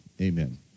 amen